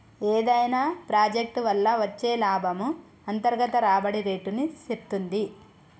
ఏదైనా ప్రాజెక్ట్ వల్ల వచ్చే లాభము అంతర్గత రాబడి రేటుని సేప్తుంది